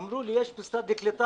אמרו לי: יש את משרד הקליטה.